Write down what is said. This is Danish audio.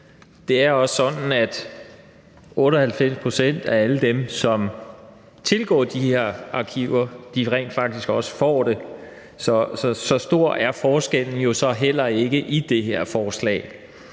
98 pct. af alle dem, som tilgår de her arkiver, rent faktisk også får det, så så stor bliver forskellen jo heller ikke med det her forslag.